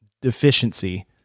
deficiency